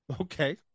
Okay